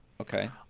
Okay